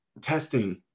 testing